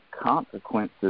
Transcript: consequences